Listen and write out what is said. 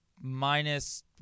minus